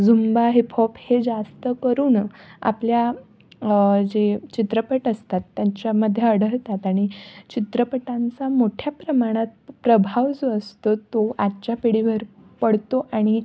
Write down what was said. Zumba hip hop हे जास्तकरून आपल्या जे चित्रपट असतात त्यांच्यामध्ये आढळतात आणि चित्रपटांचा मोठ्या प्रमाणात प्रभाव जो असतो तो आजच्या पिढीवर पडतो आणि